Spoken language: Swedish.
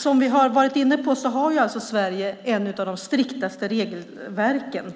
Som vi har varit inne på har Sverige ett av de striktaste regelverken